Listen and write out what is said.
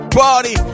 party